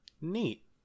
Neat